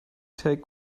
take